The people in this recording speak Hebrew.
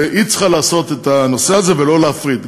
צריכה לעשות את הנושא הזה, ולא להפריט.